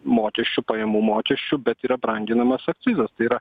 mokesčių pajamų mokesčių bet yra branginamas akcizas tai yra